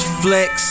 flex